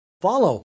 follow